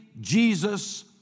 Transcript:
Jesus